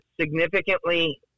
significantly